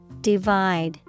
Divide